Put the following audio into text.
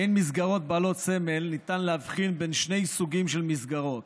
בין המסגרות בעלות סמל ניתן להבחין בין שני סוגים של מסגרות: